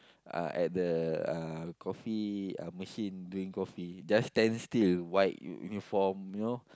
uh at the uh coffee uh machine doing coffee just stand still white U uniform you know